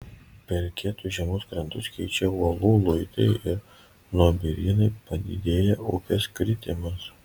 pelkėtus žemus krantus keičia uolų luitai ir nuobirynai padidėja upės kritimas